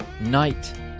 night